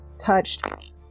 touched